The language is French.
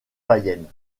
païennes